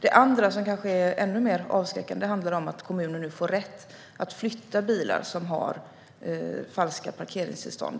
Det andra, som kanske är ännu mer avskräckande, handlar om att kommunen nu får rätt att på bilinnehavarens bekostnad flytta bilar som har falska parkeringstillstånd.